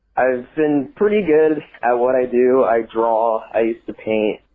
i've been pretty good at what i do i draw i used to paint.